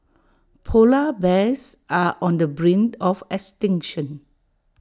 Polar Bears are on the brink of extinction